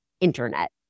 internet